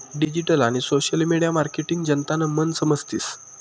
digital आणि social media marketing जनतानं मन समजतीस